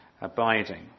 abiding